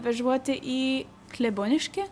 važiuoti į kleboniškį